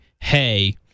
hey